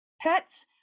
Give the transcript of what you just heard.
pets